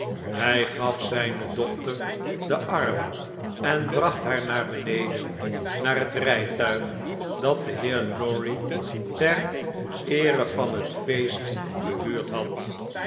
hij gaf zijne dochter den arm en bracht haar naar beneden naar het rijtuig dat de heer lorry ter eere van het feest gehuurd had